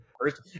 first